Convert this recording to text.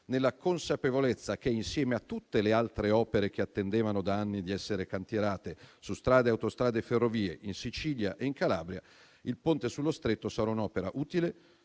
nella consapevolezza che, insieme a tutte le altre opere che attendevano da anni di essere cantierate su strade, autostrade e ferrovie, in Sicilia e in Calabria, il Ponte sullo Stretto sarà un'opera utile,